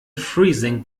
freezing